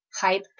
hype